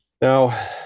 now